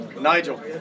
Nigel